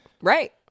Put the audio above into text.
right